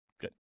Good